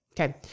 Okay